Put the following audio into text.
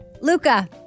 Luca